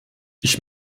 ich